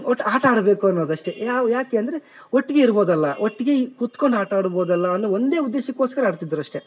ಒಟ್ಟು ಆಟ ಆಡಬೇಕು ಅನ್ನೋದಷ್ಟೆ ಯಾವ ಯಾಕೆ ಅಂದರೆ ಒಟ್ಗೆ ಇರ್ಬೋದಲ್ಲ ಒಟ್ಗೆ ಇ ಕೂತ್ಕೊಂಡು ಆಟ ಆಡ್ಬೋದಲ್ಲ ಅನ್ನೋ ಒಂದೇ ಉದ್ದೇಶಕ್ಕೋಸ್ಕರ ಆಡ್ತಿದ್ದರಷ್ಟೇ